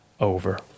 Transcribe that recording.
over